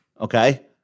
okay